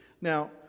Now